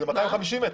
זה 250 מטרים.